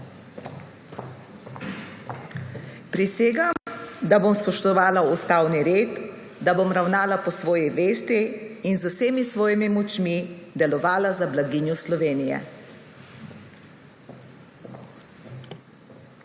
Prisegam, da bom spoštovala ustavni red, da bom ravnala po svoji vesti in z vsemi svojimi močmi delovala za blaginjo Slovenije.